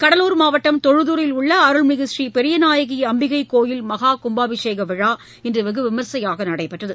கடலூர் மாவட்டம் தொழுதூரில் உள்ள அருள்மிகு ஸ்ரீபெரியநாயகி அம்பிகை கோயில் மகா கும்பாபிஷேக விழா இன்று வெகு விமரிசையாக நடைபெற்றது